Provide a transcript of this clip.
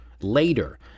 later